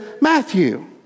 Matthew